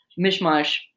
mishmash